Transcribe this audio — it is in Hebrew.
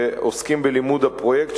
ועוסקים בלימוד הפרויקט,